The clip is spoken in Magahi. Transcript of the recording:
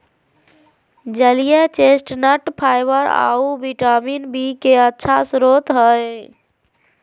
जलीय चेस्टनट फाइबर आऊ विटामिन बी के अच्छा स्रोत हइ